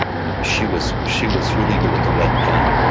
and she was she was really good with the red pen.